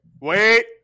wait